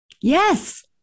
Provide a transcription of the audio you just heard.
yes